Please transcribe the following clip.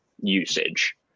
usage